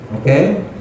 Okay